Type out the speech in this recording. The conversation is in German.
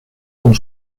und